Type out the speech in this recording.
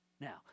Now